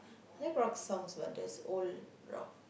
I like rock songs but just old rock